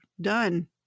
Done